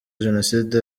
jenoside